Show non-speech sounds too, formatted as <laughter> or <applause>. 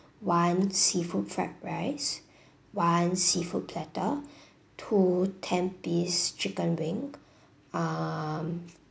one seafood fried rice <breath> one seafood platter <breath> two ten piece chicken wing um